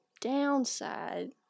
downside